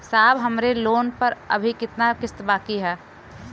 साहब हमरे लोन पर अभी कितना किस्त बाकी ह?